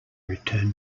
return